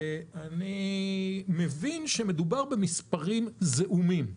ואני מבין שמדובר במספרים זעומים,